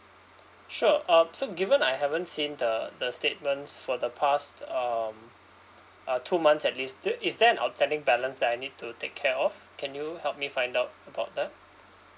sure um so given I haven't seen the the statements for the past um uh two months at least th~ is there an outstanding balance that I need to take care of can you help me find out about that